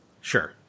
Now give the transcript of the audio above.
sure